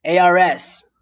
ARS